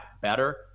better